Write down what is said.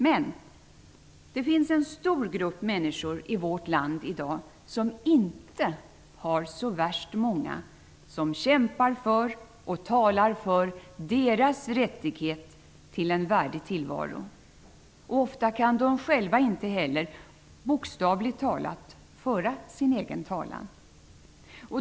Men det finns en stor grupp människor i vårt land som inte har så värst många som kämpar och talar för deras rättighet till en värdig tillvaro. Ofta kan de själva inte heller, bokstavligt talat, föra sin egen talan.